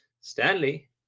stanley